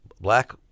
black